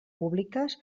públiques